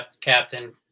Captain